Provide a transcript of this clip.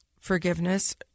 forgiveness